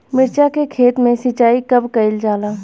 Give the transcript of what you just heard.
मिर्चा के खेत में सिचाई कब कइल जाला?